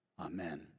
Amen